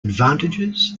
advantages